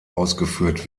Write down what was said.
ausgeführt